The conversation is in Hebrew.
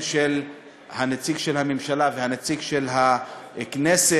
הנציג של הממשלה והנציג של הכנסת,